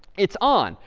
it's on.